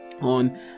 on